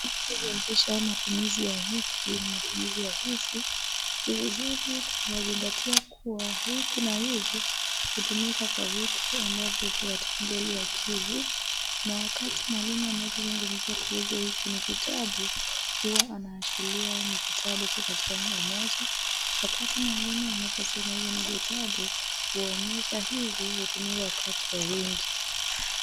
Anapofundishwa matumizi ya hiki na matumizi ya hivi, ni vizuri kwao kuzingatia kuwa hiki na hivi hutumika kwa vitu ambavyo huwa katika ngeli ya KI-VI. Na wakati mwalimu anapozungumzia kuhusu hiki ni kitabu, huwa anaashiria ni kitabu kiko katika umoja. Wakati mwalimu anaposema hivi ni vitabu, huwa anaonyesha hivi hutumiwa wakati wa wingi.